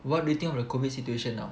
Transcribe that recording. what do you think of the COVID situation now